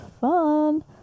fun